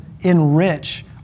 enrich